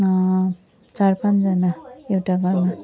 चार पाँचजना एउटा घरमा